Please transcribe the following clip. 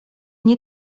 nie